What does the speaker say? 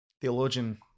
Theologian